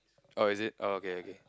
oh is it oh okay okay